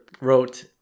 wrote